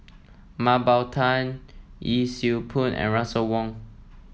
Mah Bow Tan Yee Siew Pun and Russel Wong